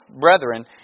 brethren